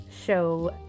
show